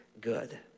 good